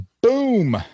Boom